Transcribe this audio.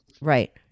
right